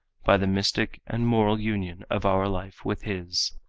by the mystic and moral union of our life with his.